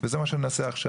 וזה מה שאני עושה עכשיו.